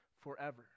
forever